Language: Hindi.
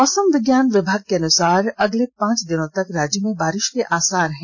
मौसम विज्ञान विभाग के अनुसार अगले पांच दिनों तक राज्य में बारिष के आसार हैं